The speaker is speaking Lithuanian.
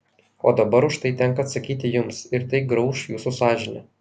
o dabar už tai tenka atsakyti jums ir tai grauš jūsų sąžinę